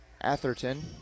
Atherton